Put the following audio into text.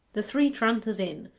the three tranters inn,